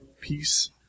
peace